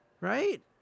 Right